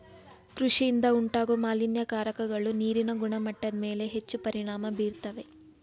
ಕೃಷಿಯಿಂದ ಉಂಟಾಗೋ ಮಾಲಿನ್ಯಕಾರಕಗಳು ನೀರಿನ ಗುಣಮಟ್ಟದ್ಮೇಲೆ ಹೆಚ್ಚು ಪರಿಣಾಮ ಬೀರ್ತವೆ